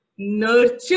Nurture